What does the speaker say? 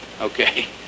okay